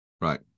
Right